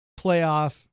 playoff